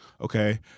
Okay